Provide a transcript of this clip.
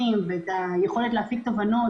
תהיה היכולת להפיק תובנות,